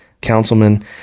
Councilman